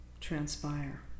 transpire